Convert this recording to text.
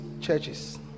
churches